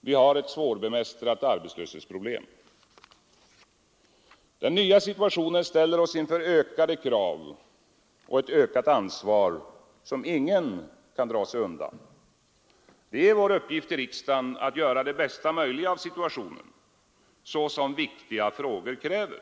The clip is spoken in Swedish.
Vi har ett svårbemästrat arbetslöshetsproblem. Den nya situationen ställer oss inför ökade krav och ett ökat ansvar som ingen kan dra sig undan. Det är vår uppgift i riksdagen att göra det bästa möjliga av situationen, så som viktiga frågor kräver.